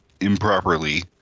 improperly